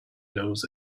knows